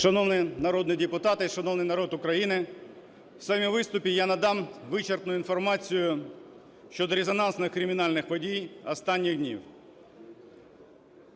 Шановні народні депутати і шановний народ України, в своєму виступі я надам вичерпну інформацію щодо резонансних кримінальних подій останніх днів.